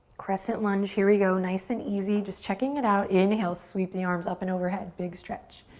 crescent lunge, here we go. nice and easy, just checking it out. inhale, sweep the arms up and overhead, big stretch,